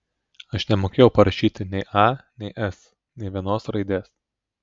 aš nemokėjau parašyti nei a nei s nė vienos raidės